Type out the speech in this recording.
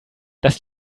das